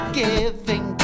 giving